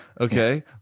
Okay